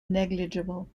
negligible